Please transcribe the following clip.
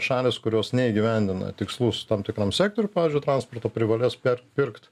šalys kurios neįgyvendina tikslus tam tikram sektoriuj pavyzdžiui transporto privalės pirkt